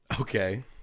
Okay